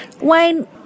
Wayne